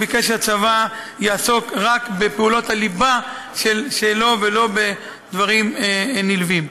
הוא ביקש שהצבא יעסוק רק בפעולות הליבה שלו ולא בדברים נלווים.